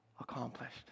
accomplished